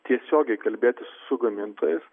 tiesiogiai kalbėtis su gamintojais